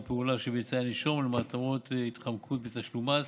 פעולה שביצע נישום למטרות התחמקות מתשלום מס,